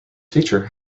feature